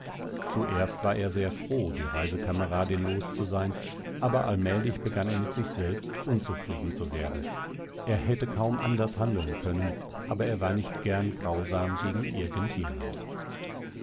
zuerst war er sehr froh die reisekameradin los zu sein aber allmählich begann er mit sich selbst unzufrieden zu werden er hätte kaum anders handeln können aber er war nicht gern grausam gegen irgend jemand